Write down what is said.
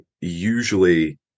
usually